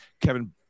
Kevin